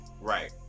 Right